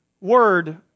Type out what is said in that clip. word